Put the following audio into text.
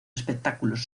espectáculos